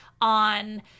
on